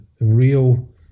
real